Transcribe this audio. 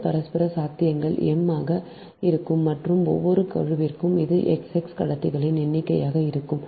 மொத்த பரஸ்பர சாத்தியங்கள் m ஆக இருக்கும் மற்றும் ஒவ்வொரு குழுவிற்கும் இது x x கடத்திகளின் எண்ணிக்கையாக இருக்கும்